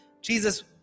Jesus